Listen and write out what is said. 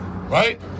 Right